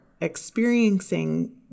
experiencing